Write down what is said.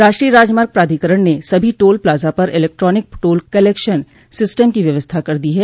राष्ट्रीय राजमार्ग प्राधिकरण ने सभी टोल प्लाजा पर इलेक्ट्रॉनिक टोल कलैक्शन सिस्टम की व्यवस्था कर दी है